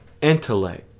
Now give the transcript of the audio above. intellect